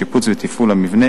לשיפוץ ולתפעול המבנה,